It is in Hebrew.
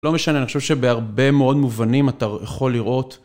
לא משנה, אני חושב שבהרבה מאוד מובנים אתה יכול לראות